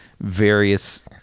various